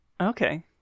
okay